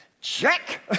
check